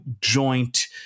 joint